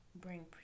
bring